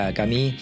kami